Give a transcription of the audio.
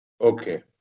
okay